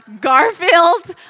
Garfield